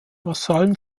vasallen